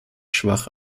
schwach